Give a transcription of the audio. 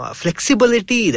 flexibility